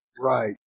Right